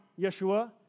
Yeshua